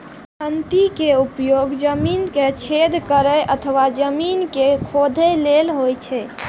खंती के उपयोग जमीन मे छेद करै अथवा जमीन कें खोधै लेल होइ छै